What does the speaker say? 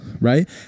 right